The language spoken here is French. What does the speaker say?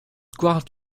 square